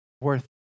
worth